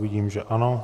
Vidím, že ano.